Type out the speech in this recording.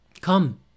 Come